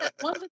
one